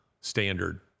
standard